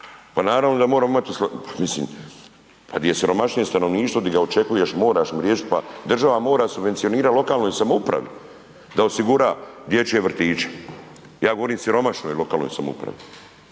Pa naravno da moramo imati, pa mislim gdje je siromašnije stanovništvo gdje ga očekuješ moraš mu riješiti. Pa država mora subvencionirati lokalnoj samoupravi da osigura dječje vrtiće, ja govorim o siromašnoj lokalnoj samoupravi.